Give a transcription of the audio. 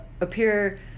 appear